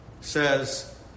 Says